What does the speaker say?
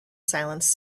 silence